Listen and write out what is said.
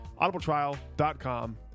audibletrial.com